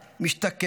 משתקם,